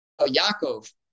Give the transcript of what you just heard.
Yaakov